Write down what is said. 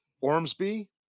Ormsby